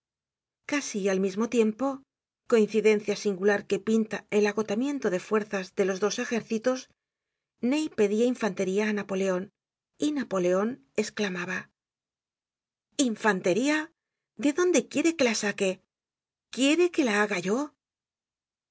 casi al mismo tiempo coincidencia singular que pinta el agotamiento de fuerzas de los dos ejércitos ney pedia infantería ánapoleon y napoleon esclamaba infantería de dónde quiere que la saque quiere que la haga yo